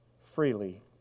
freely